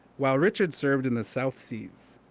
while richard served in the south seas.